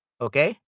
Okay